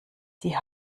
die